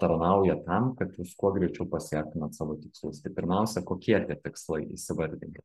tarnauja tam kad jūs kuo greičiau pasiektumėt savo tikslus pirmiausia kokie tie tikslai įsivardinkit